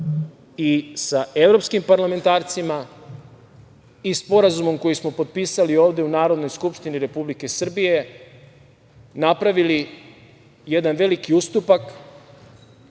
i sa evropskim parlamentarcima i sporazumom koji smo potpisali ovde u Narodnoj skupštini Republike Srbije, napravili jedan veliki ustupak,